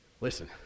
Listen